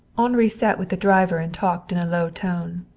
henri sat with the driver and talked in a low tone.